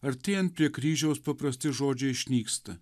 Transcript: artėjant prie kryžiaus paprasti žodžiai išnyksta